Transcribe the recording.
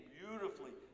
beautifully